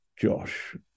Josh